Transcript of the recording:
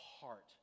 heart